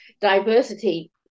diversity